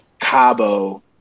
Cabo